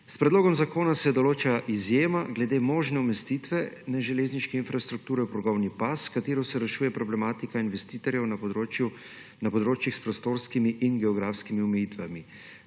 S predlogom zakona se določa izjema glede možne umestitve neželezniške infrastrukture ob progovni pas, s katero se rešuje problematika investitorjev na področjih s prostorskimi in geografskimi omejitvami.